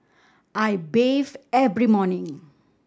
I bathe every morning